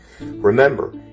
Remember